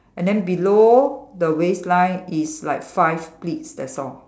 and then below the waist line is like five pleats that's all